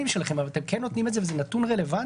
שלכם אבל אתם כן נותנים את זה וזה נתון רלוונטי,